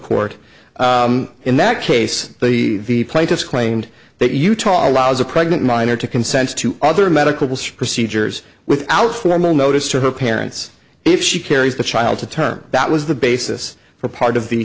court in that case the plaintiffs claimed that utah allows a pregnant minor to consent to other medical procedures without formal notice to her parents if she carries the child to term that was the basis for part of the